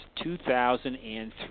2003